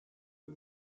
eux